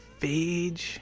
Phage